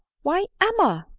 why, emma!